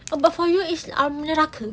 but but for you is neraka